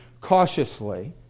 cautiously